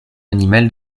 animal